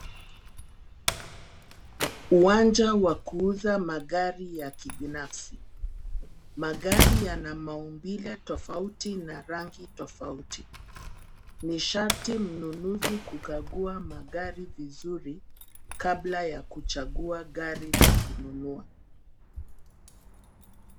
Uwanja wa kuuza magari ya kibinafsi. Magari yana maumbile tofauti na rangi tofaut. Ni sharti mnunuzi kukagua magari vizuri kabla ya kuchagua gari la kununua.